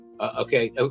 okay